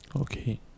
Okay